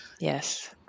Yes